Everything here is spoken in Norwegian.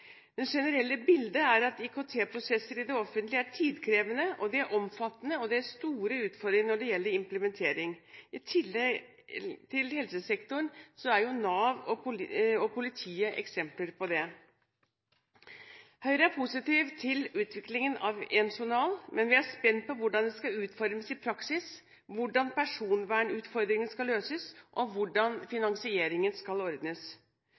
Det generelle bildet er at IKT-prosesser i det offentlige er tidkrevende og omfattende, og det er store utfordringer når det gjelder implementering. I tillegg til helsesektoren er Nav og politiet eksempler på det. Høyre er positiv til utviklingen av én journal, men vi er spent på hvordan det skal utformes i praksis, hvordan personvernutfordringen skal løses, og hvordan finansieringen skal ordnes.